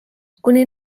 kuni